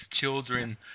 children